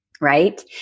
right